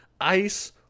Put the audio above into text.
ice